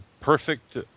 perfect